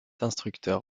instructeur